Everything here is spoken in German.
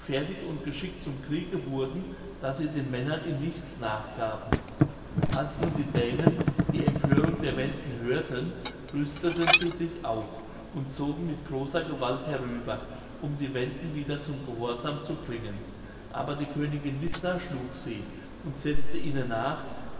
und geschickt zum kriege wurden daß sie den männern in nichts nachgaben als nun die dänen die empörung der wenden hörten rüsteten sie sich auch und zogen mit großer gewalt herüber um die wenden wieder zum gehorsam zu bringen aber die königin wißna schlug sie und setzte ihnen nach